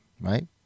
Right